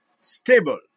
stable